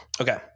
Okay